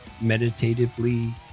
meditatively